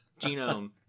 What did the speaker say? genome